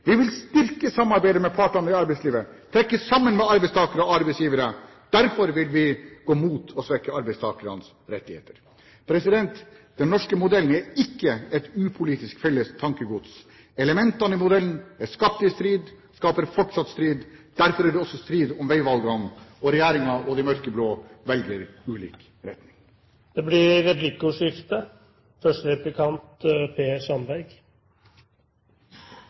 Vi vil styrke samarbeidet med partene i arbeidslivet og trekke sammen med arbeidstakerne og arbeidsgiverne. Derfor vil vi gå mot å svekke arbeidstakernes rettigheter. Den norske modellen er ikke et upolitisk felles tankegods. Elementene i modellen er skapt i strid og skaper fortsatt politisk strid. Derfor er det også strid om veivalgene, og regjeringen og de mørkeblå velger ulik retning. Det blir replikkordskifte.